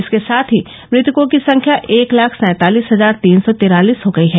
इसके साथ ही मृतकों की संख्या एक लाख सैंतालिस हजार तीन सौ तिरालिस हो गई है